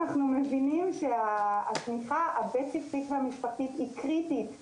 אנחנו מבינים שהתמיכה הבית ספרית והמשפחתית היא קריטית מאוד.